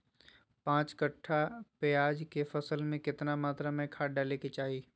पांच कट्ठा प्याज के फसल में कितना मात्रा में खाद डाले के चाही?